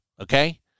okay